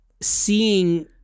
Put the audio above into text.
seeing